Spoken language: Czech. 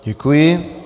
Děkuji.